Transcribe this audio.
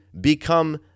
become